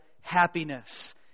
happiness